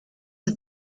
was